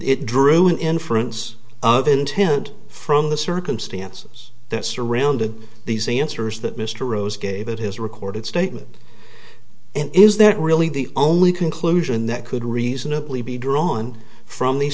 it drew an inference of intent from the circumstances that surrounded these answers that mr rose gave it his recorded statement and is that really the only conclusion that could reasonably be drawn from these